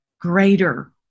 greater